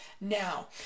now